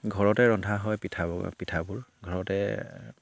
ঘৰতে ৰন্ধা হয় পিঠা পিঠাবোৰ ঘৰতে